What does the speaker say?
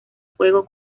juego